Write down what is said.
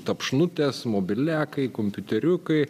tapšnutės mobiliakai kompiuteriukai